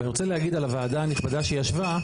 ואני רוצה להגיד על הוועדה הנכבדה שישבה,